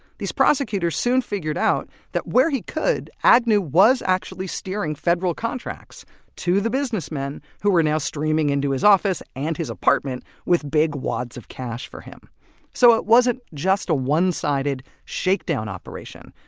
these prosecutors soon figured out that where he could agnew was actually steering federal contracts to the businessmen who were now streaming into his office and his apartment with big wads of cash for him so it wasn't just a one-sided shakedown operation,